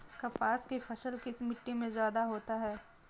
कपास की फसल किस मिट्टी में ज्यादा होता है?